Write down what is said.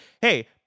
hey